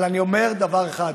אבל אני אומר דבר אחד,